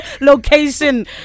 location